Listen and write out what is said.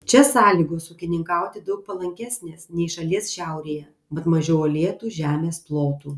čia sąlygos ūkininkauti daug palankesnės nei šalies šiaurėje mat mažiau uolėtų žemės plotų